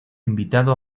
invitado